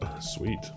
Sweet